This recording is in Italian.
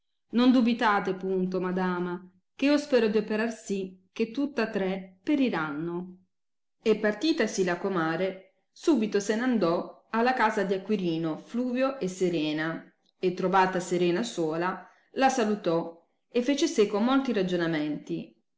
non dubitate punto madama che io spero di operar sì che tutta tre periranno e partitasi la comare subito se n andò alla casa di acquirino fluvio e serena e trovata serena sola la salutò e fece seco molti ragionamenti